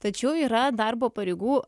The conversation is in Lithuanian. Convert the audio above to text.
tačiau yra darbo pareigų